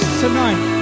tonight